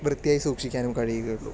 വൃത്തിയായി സൂക്ഷിക്കാനും കഴിയുകയുള്ളൂ